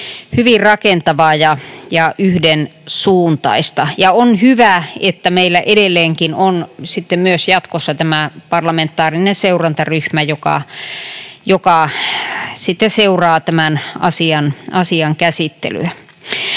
hyvin rakentavaa ja yhdensuuntaista. On hyvä, että meillä edelleenkin on myös jatkossa tämä parlamentaarinen seurantaryhmä, joka sitten seuraa tämän asian käsittelyä.